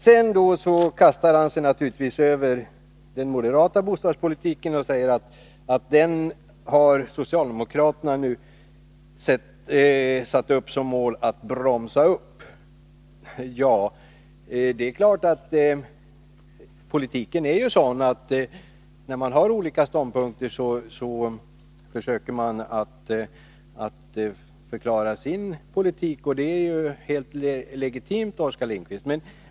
Sedan kastar Oskar Lindkvist sig naturligtvis över den moderata bostadspolitiken och säger att socialdemokraterna nu har satt som mål att bromsa denna. Ja, politiken är sådan. När man har olika ståndpunkter försöker man att förklara sin politik. Det är helt legitimt, Oskar Lindkvist.